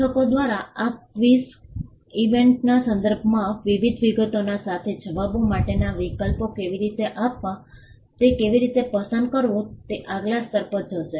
લેખકો દ્વારા આ ક્વિઝિંગ ઇવેન્ટના સંદર્ભમાં વિવિધ વિગતોના સાથે જવાબો માટેના વિકલ્પો કેવી રીતે આપવા તે કેવી રીતે પસંદ કરવું તે આગલા સ્તર પર જશે